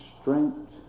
strength